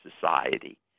Society